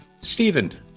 Stephen